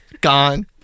gone